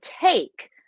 take